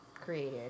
created